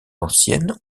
ancienne